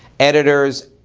editors,